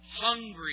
Hungry